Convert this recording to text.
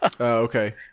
okay